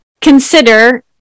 Consider